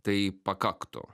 tai pakaktų